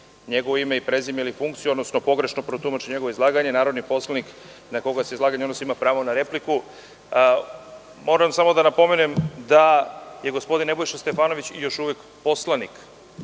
njegovo ime i prezime ili funkciju, odnosno pogrešno protumači njegovo izlaganje, narodni poslanik na koga se izlaganje odnosi ima pravo na repliku. Moram samo da napomenem da je gospodin Nebojša Stefanović još uvek poslanik